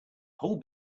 whole